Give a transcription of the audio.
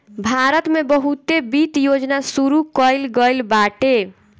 भारत में बहुते वित्त योजना शुरू कईल गईल बाटे